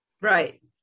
Right